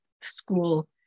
school